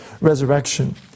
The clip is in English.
resurrection